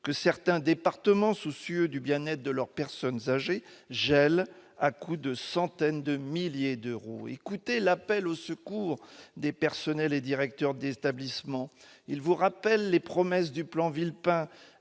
que certains départements, soucieux du bien-être de leurs personnes âgées, gèlent à coup de centaines de milliers d'euros ! Écoutez l'appel au secours des personnels et directeurs d'établissements. Ils vous rappellent les promesses du plan Villepin